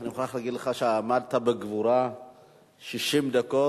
אני מוכרח להגיד לך שעמדת בגבורה 60 דקות,